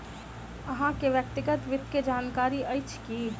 अहाँ के व्यक्तिगत वित्त के जानकारी अइछ की?